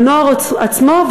בנוער עצמו,